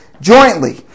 jointly